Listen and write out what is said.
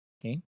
Okay